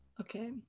Okay